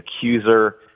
accuser